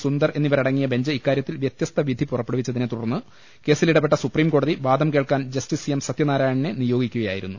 സുന്ദർ എന്നിവര ടങ്ങിയ ബെഞ്ച് ഇക്കാര്യത്തിൽ വ്യത്യസ്ത വിധി പുറപ്പെടുവിച്ച തിനെ തുടർന്ന് കേസിൽ ഇടപെട്ട സുപ്രീംകോടതി വാദം കേൾക്കാൻ ജസ്റ്റിസ് എം സത്യനാരായണനെ നിയോഗിക്കുകയാ യിരുന്നു